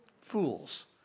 fools